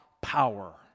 power